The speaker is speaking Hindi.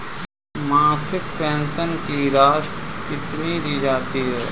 मासिक पेंशन की राशि कितनी दी जाती है?